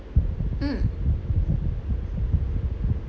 mm